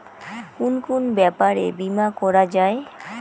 কুন কুন ব্যাপারে বীমা করা যায়?